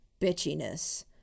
bitchiness